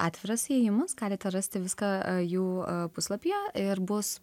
atviras įėjimas galite rasti viską jų puslapyje ir bus